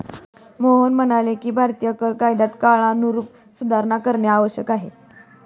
मोहन म्हणाले की भारतीय कर कायद्यात काळानुरूप सुधारणा करणे आवश्यक आहे